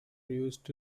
used